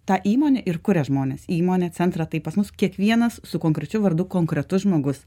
tą įmonę ir kuria žmonės įmonė centrą tai pas mus kiekvienas su konkrečiu vardu konkretus žmogus